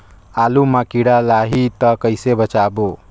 आलू मां कीड़ा लाही ता कइसे बचाबो?